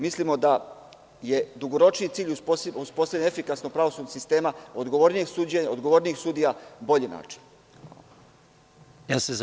Mislimo da je dugoročniji cilj uspostavljanje efikasnog pravosudnog sistema, odgovornijeg suđenja, odgovornijih sudija bolji način.